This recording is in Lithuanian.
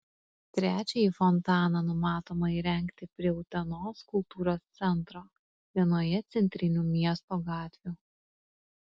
trečiąjį fontaną numatoma įrengti prie utenos kultūros centro vienoje centrinių miesto gatvių